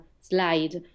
slide